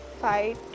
fight